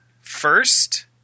first